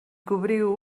cobriu